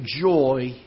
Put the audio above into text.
joy